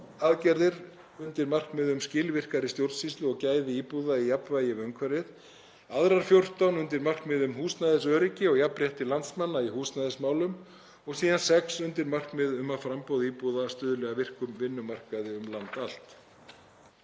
14 undir markmið um að skilvirkari stjórnsýslu og gæði íbúða í jafnvægi við umhverfið, aðrar 14 undir markmið um húsnæðisöryggi og jafnrétti landsmanna í húsnæðismálum og síðan 6 undir markmið um að framboð íbúða stuðli að virkum vinnumarkaði um land allt.